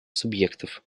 субъектов